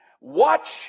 watch